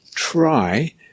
try